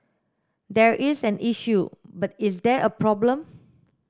there is an issue but is there a problem